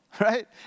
right